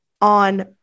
on